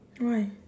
why